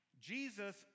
Jesus